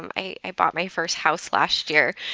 i bought my first house last year.